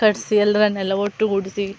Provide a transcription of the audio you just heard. ಕಟ್ಟಿಸಿ ಎಲ್ಲರನ್ನೆಲ್ಲ ಒಟ್ಟುಗೂಡಿಸಿ